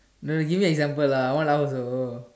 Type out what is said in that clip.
no give me example lah I want hours ago